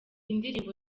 indirimbo